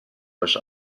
euch